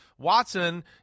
Watson